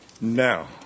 Now